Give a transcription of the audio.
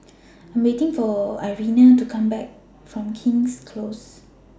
I Am waiting For Irena to Come Back from King's Close